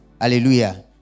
hallelujah